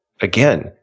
again